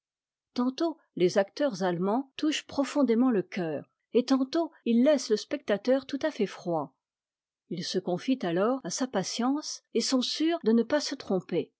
tantôt les acteurs allemands touchent profondément le cœur et tantôt ils laissent le spectateur tout à fait froid ils se confient alors à sa patience et sont sûrs de ne pas se tromper